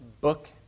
book